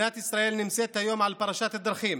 מדינת ישראל נמצאת היום על פרשת דרכים: